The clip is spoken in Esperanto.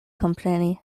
kompreni